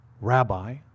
Rabbi